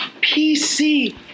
PC